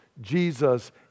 Jesus